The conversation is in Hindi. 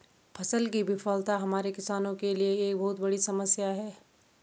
फसल की विफलता हमारे किसानों के लिए एक बहुत बड़ी समस्या है